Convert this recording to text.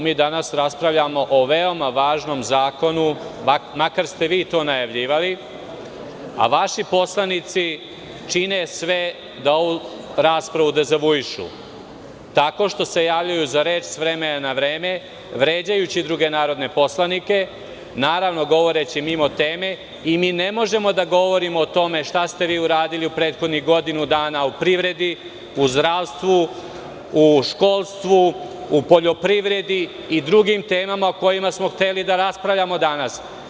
Mi danas raspravljamo o veoma važnom zakonu, makar ste vi to najavljivali, a vaši poslanici čine sve da ovu raspravu dezavuišu tako što se javljaju za reč s vremena na vreme vređajući druge narodne poslanike, govoreći mimo teme i mi ne možemo da govorimo o tome šta ste vi uradili u prethodnih godinu dana u privredi, u zdravstvu, u školstvu, u poljoprivredi i u drugim temama o kojima smo hteli da raspravljamo danas.